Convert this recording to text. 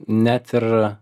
net ir